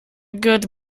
good